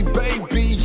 baby